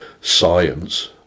science